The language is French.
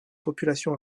population